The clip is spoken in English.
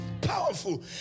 Powerful